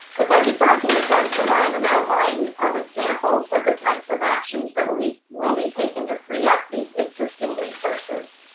the budget document does provide an outline of examples of the types of actions that will be will be taken to free up these existing resources.